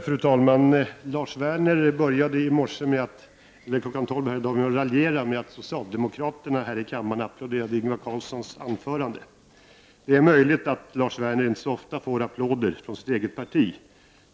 Fru talman! Lars Werner började i dag med att raljera med att socialdemokraterna här i kammaren applåderade Ingvar Carlssons anförande. Det är möjligt att Lars Werner inte så ofta får applåder från sitt eget parti.